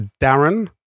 Darren